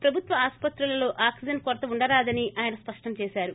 ప్రభుత్వ ఆసుపత్రులలో ఆక్సేజన్ కొరత ఉండరాదని ఆయన స్పష్టం చేసారు